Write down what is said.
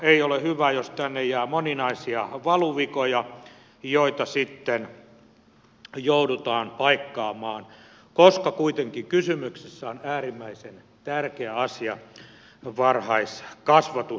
ei ole hyvä jos tänne jää moninaisia valuvikoja joita sitten joudutaan paikkaamaan koska kuitenkin kysymyksessä on äärimmäisen tärkeä asia varhaiskasvatus